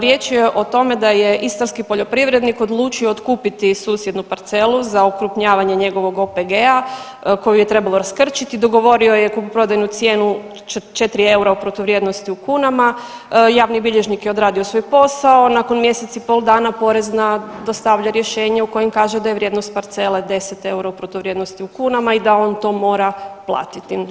Riječ je o tome da je istarski poljoprivrednik odlučio otkupiti susjednu parcelu za okrupnjavanje njegovog OPG-a koju je trebalo raskrčiti, dogovorio je kupoprodajnu cijenu 4 eura u protuvrijednosti u kunama, javni bilježnik je odradio svoj posao, nakon mjesec i pol dana porezna dostavlja rješenje u kojem kaže da je vrijednost parcele 10 eura u protuvrijednosti u kunama i da on to mora platiti.